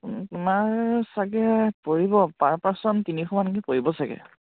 তোমাৰ চাগে পৰিব পাৰ পাৰ্চন তিনিশ মানকৈ পৰিব চাগে